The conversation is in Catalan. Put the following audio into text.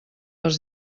els